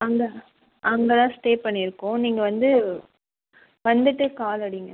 அங்கே அங்கே தான் ஸ்டே பண்ணிருக்கோம் நீங்கள் வந்து வந்துட்டு கால் அடிங்க